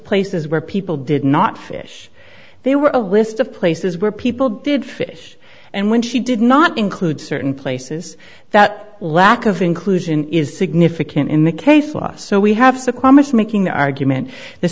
places where people did not fish they were a list of places where people did fish and when she did not include certain places that lack of inclusion is significant in the case for us so we have succumbed much making the argument the